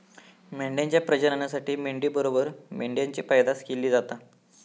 मेंढ्यांच्या प्रजननासाठी मेंढी बरोबर मेंढ्यांची पैदास केली जाता